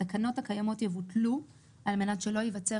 התקנות הקיימות יבוטלו על-מנת שלא ייווצר